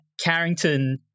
Carrington